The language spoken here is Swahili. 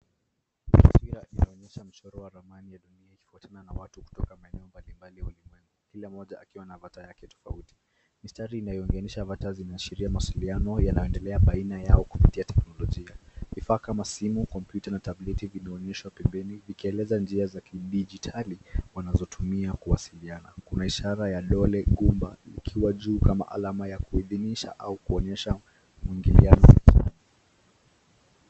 Taswira inaonyesha mchoro wa ramani ya dunia ikifuatiwa na watu kutoka maeneo mbalimbali ulimwengu, kila mmoja akiwa na avatar yake tofauti. Mistari inayounganisha avatar hizo inaashiria mawasiliano yanayoendelea baina yao kupitia teknolojia. Vifaa kama simu, kompyuta na tableti vinaonyeshwa pembeni, vikieleza njia za kidijitali wanazotumia kuwasiliana. Kuna ishara ya dole gumba ikiwa juu kama alama ya kuidhinisha au kuonyesha muingiliano thabiti.